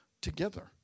together